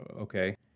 okay